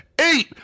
eight